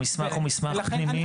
המסמך הוא מסמך פנימי.